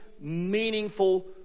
meaningful